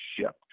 shift